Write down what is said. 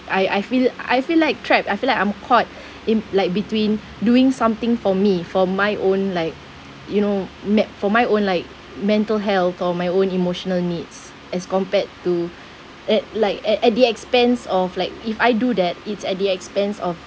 I I feel I feel like trapped I feel like I'm caught in like between doing something for me for my own like you know me~ for my own like mental health or my own emotional needs as compared to at like at at the expense of like if I do that it's at the expense of